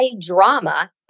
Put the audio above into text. drama